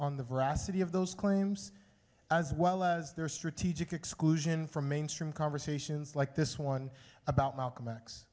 on the veracity of those claims as well as their strategic exclusion from mainstream conversations like this one about malcolm x